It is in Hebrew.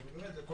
בהסכמה אצל כולם.